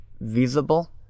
visible